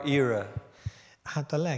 era